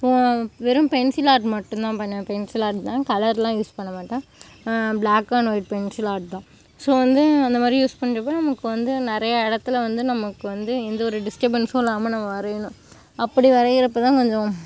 இப்போ வெறும் pencil art மட்டும்தான் பண்ணுவேன் பென்சில் ஆர்ட் தான் கலரெலாம் யூஸ் பண்ண மாட்டேன் black and white pencil art தான் ஸோ வந்து அந்த மாதிரி யூஸ் பண்ணுறப்ப நமக்கு வந்து நிறையா இடத்துல வந்து நமக்கு வந்து எந்த ஒரு டிஸ்ட்டபன்ஸும் இல்லாமல் நம்ம வரையணும் அப்படி வரைகிறப்பதான் கொஞ்சம்